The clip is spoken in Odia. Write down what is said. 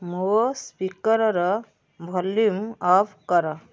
ମୋ ସ୍ପିକର୍ର ଭଲ୍ୟୁମ୍ ଅଫ୍ କର